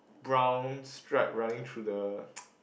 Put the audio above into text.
brown stripe running through the